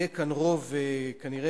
יהיה כאן רוב כנראה,